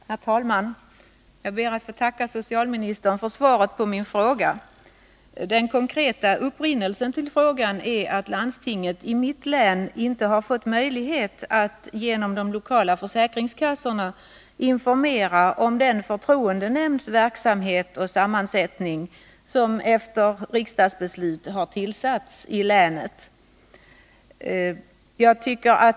Herr talman! Jag ber att få tacka socialministern för svaret på min fråga. Den konkreta upprinnelsen till frågan är att landstinget i mitt län inte har fått möjlighet att genom de lokala försäkringskassorna informera om den efter riksdagsbeslut tillsatta förtroendenämndens verksamhet och sammansättning.